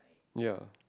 ya